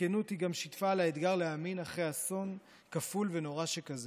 בכנות היא גם שיתפה על האתגר להאמין אחרי אסון כפול ונורא שכזה.